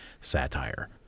satire